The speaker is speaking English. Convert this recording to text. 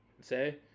say